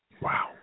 Wow